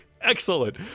excellent